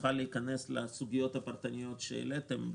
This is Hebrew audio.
נוכל להיכנס לסוגיות הפרטניות שהעליתם,